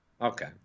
Okay